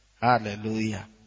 Hallelujah